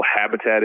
habitat